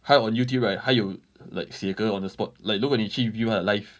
他有 on YouTube right 他有 like 写歌 on the spot like 如果你去 view 他的 live